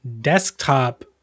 Desktop